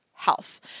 health